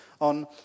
on